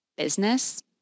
business